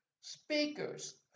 speakers